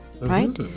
right